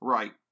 Right